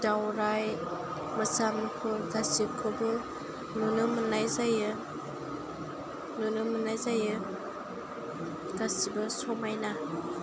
दाउराइ मोसा मुफुर गासिखौबो नुनो मोननाय जायो नुनो मोननाय जायो गासिबो समायना